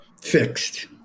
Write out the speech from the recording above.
fixed